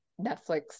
Netflix